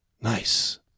Nice